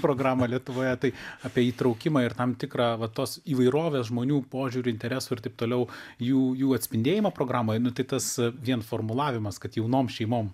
programą lietuvoje tai apie įtraukimą ir tam tikrą vat tos įvairovės žmonių požiūrį interesų ir taip toliau jų jų atspindėjimo programai nu tai tas a vien formulavimas kad jaunom šeimom